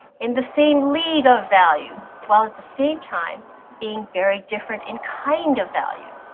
in the same league of value, while at the same time being very different in kind of value.